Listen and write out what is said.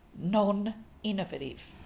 non-innovative